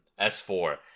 S4